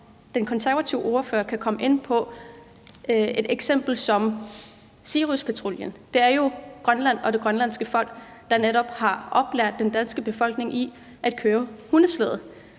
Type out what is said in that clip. den konservative ordfører kan komme ind på et eksempel som Siriuspatruljen. Det er jo netop Grønland og det grønlandske folk, der har oplært den danske befolkning i at køre hundeslæde.